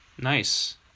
Nice